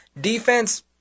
Defense